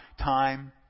time